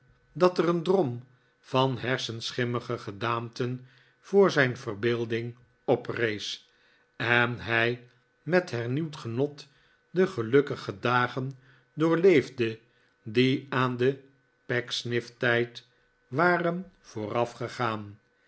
dat er een drom van hersenschimmige gedaanten voor zijn verbeelding oprees en hij me hernieuwd genot de gelukkige dagen doorleefde die aan den pecksniff tijd waren